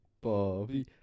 Bobby